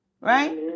Right